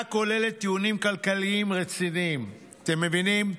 כוללת טיעונים כלכליים רציניים" אתם מבינים?